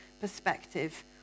perspective